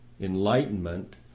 enlightenment